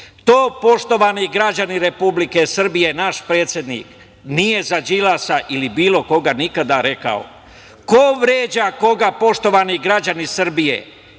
To, poštovani građani Republike Srbije, naš predsednik nije za Đilasa ili bilo nikada rekao. Ko vređa koga, poštovani građani Srbije?